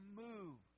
move